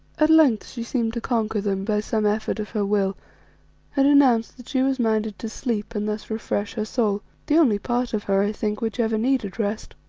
at length she seemed to conquer them by some effort of her will and announced that she was minded to sleep and thus refresh her soul the only part of her, i think, which ever needed rest.